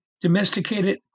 domesticated